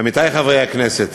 עמיתי חברי הכנסת,